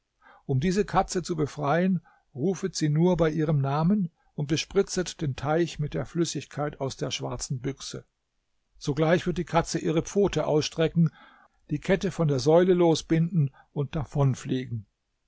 um diese katze zu befreien rufet sie nur bei ihrem namen und bespritzet den teich mit der flüssigkeit aus der schwarzen büchse sogleich wird die katze ihre pfote ausstrecken die kette von der säule losbinden und